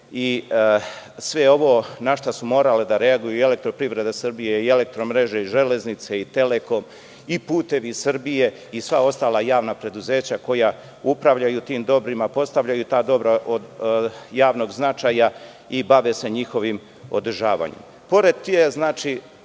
i sve ovo na šta su morale da reaguju i EPS, „Elektromreže“, „Železnice“, „Telekom“, „Putevi Srbije“ i sva ostala javna preduzeća koja upravljaju tim dobrima, postavljaju ta dobra od javnog značaja i bave se njihovim održavanjem. Pored